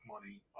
money